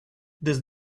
does